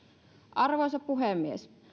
arvoisa puhemies